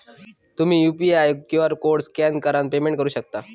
तुम्ही UPI QR code scan करान payment करू शकता